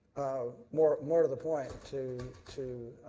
ah more more to the point, to to